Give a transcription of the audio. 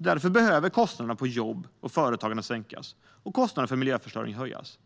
Därför behöver kostnaderna på jobb och företagande sänkas och kostnaderna för miljöförstöring höjas.